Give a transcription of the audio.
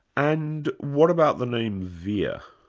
and what about the name vere?